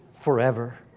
forever